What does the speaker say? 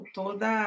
toda